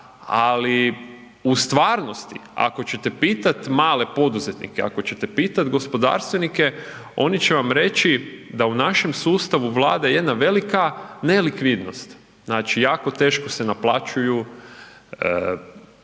ali u stvarnosti ako ćete pitat male poduzetnike, ako ćete pitat gospodarstvenike, oni će vam reći da u našem sustavu vlada jedna velika nelikvidnost, znači jako teško se naplaćuju, ono